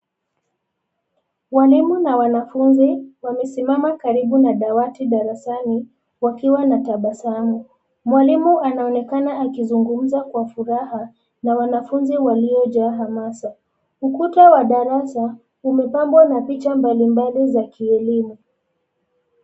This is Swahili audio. Mwalimu na wanafunzi wamesimama karibu na dawati darasani wakiwa na tabasamu. Mwalimu anaonekana akizungumza kwa furaha na wanafunzi waliojaa hamasa. Ukuta wa darasa umepambwa na picha mbali mbali za kielimu.